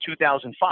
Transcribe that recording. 2005